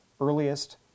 earliest—